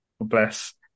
bless